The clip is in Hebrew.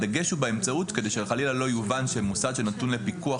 הדגש הוא באמצעות כדי שחלילה לא יובן שמוסד שנתון לפיקוח